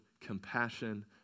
compassion